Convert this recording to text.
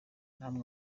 namwe